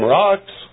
rocks